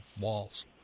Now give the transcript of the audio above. walls